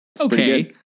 Okay